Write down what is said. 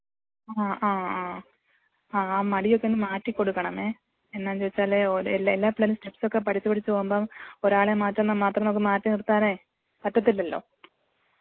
ആ അ അ ആ മടിയൊക്കെ ഒന്ന് മാറ്റി കൊടുക്കണമേ എന്നാന്നു ചോദിച്ചാല് എല്ലാ എല്ലാ പിള്ളേരും സ്റ്റെപ്സ് ഒക്കെ പഠിച്ചു പഠിച്ചു പോകുമ്പം ഒരാളെ മാത്രം നമുക്ക് മാറ്റി നിർത്താനേ പറ്റത്തില്ലല്ലോ